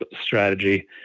strategy